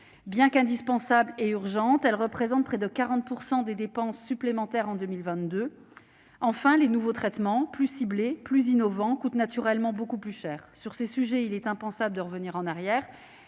Bien qu'indispensables et urgentes, elles représentent près de 40 % des dépenses supplémentaires en 2022. Enfin, les nouveaux traitements, plus ciblés et plus innovants, coûtent naturellement beaucoup plus cher. Sur ces sujets, il est impensable de revenir en arrière